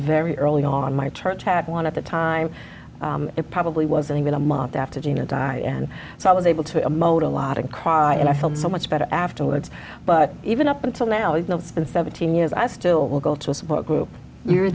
very early on my church had one of the time it probably wasn't even a month after gina died and so i was able to emote a lot and cry and i felt so much better afterwards but even up until now i know it's been seventeen years i still will go to a support group you're